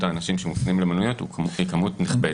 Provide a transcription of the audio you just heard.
האנשים שמופנים למלוניות הוא מספר נכבד.